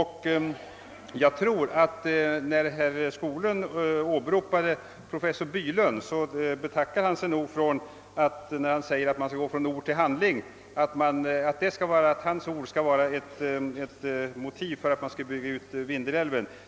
Herr Skoglund åberopade professor Bylund, men jag tror att denne inte menar att hans uttalande att man skall gå från ord till handling bör utgöra motiv för en utbyggnad av Vindelälven.